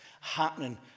happening